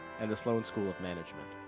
and the sloan school of management.